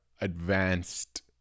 advanced